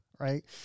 Right